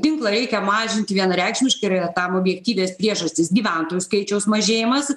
tinklą reikia mažinti vienareikšmiškai ir yra tam objektyvios priežastys gyventojų skaičiaus mažėjimas